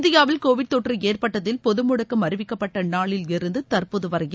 இந்தியாவில் கோவிட் தொற்று ஏற்பட்டதில் பொது முடக்கம் அறிவிக்கப்பட்ட நாளிலிருந்து தற்போது வரையில்